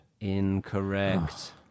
incorrect